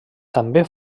també